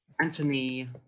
Anthony